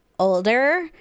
older